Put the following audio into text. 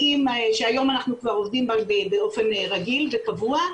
שהיום אנחנו כבר עובדים בה באופן רגיל קבוע,